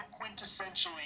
quintessentially